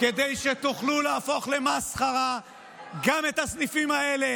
כדי שתוכלו להפוך למסחרה גם את הסניפים האלה.